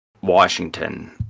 Washington